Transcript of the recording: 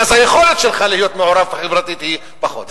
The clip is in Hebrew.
ואז היכולת שלך להיות מעורב חברתית היא פחותה.